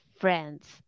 friends